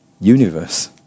universe